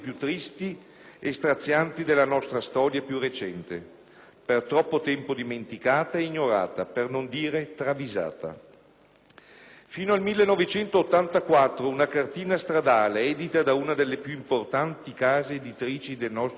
e strazianti della nostra storia più recente, per troppo tempo dimenticata e ignorata, per non dire travisata. Fino al 1984 una cartina stradale edita da una delle più importanti case editrici del nostro Paese